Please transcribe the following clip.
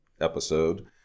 episode